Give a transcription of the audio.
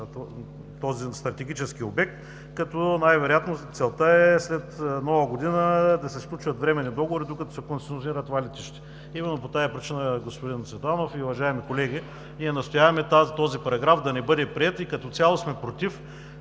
този стратегически обект, като най-вероятно целта е след Нова година да се сключат временни договори, докато се концесионира това летище. Именно по тази причина, господин Цветанов и уважаеми колеги, ние настояваме този параграф да не бъде приет и като цяло сме против